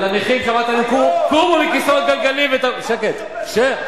על הנכים שאמרת להם: קומו מכיסאות גלגלים, כן, כן.